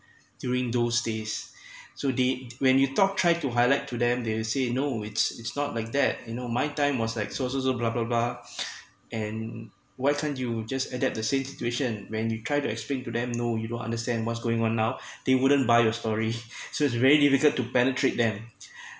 during those days so they when you talk try to highlight to them they will say no it's it's not like that you know my time was like sources uh blah blah blah and why can't you just adapt the same situation when you try to explain to them no you don't understand what's going on now they wouldn't buy your story so it's very difficult to penetrate them